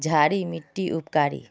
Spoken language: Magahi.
क्षारी मिट्टी उपकारी?